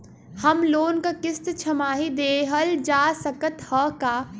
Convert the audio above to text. Home loan क किस्त छमाही देहल जा सकत ह का?